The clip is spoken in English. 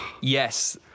Yes